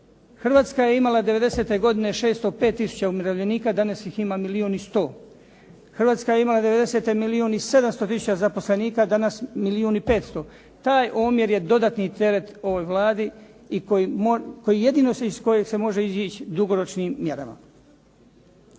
Hrvatska je imala '90. godine 605 tisuća umirovljenika, danas ih ima milijun i 100. Hrvatska je imala '90. milijun i 700 zaposlenika, danas milijun i 500. Taj omjer je dodatni teret ovoj Vladi i koji jedino, iz kojeg se može izići dugoročnim mjerama.